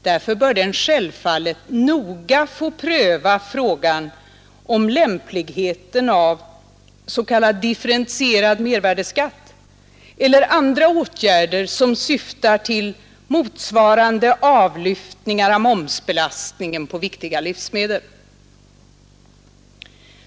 Därför bör den självfallet noga få pröva frågan om lämpligheten av s.k. differentierad mervärdeskatt eller andra åtgärder som syftar till motsvarande avlyftningar av momsbelastningen på viktiga livsmedel.